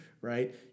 right